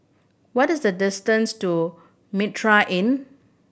what is the distance to Mitraa Inn